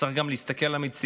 צריך גם להסתכל על המציאות